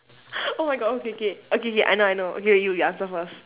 oh my god okay K okay K I know I know okay you you answer first